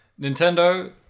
Nintendo